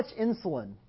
insulin